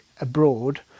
abroad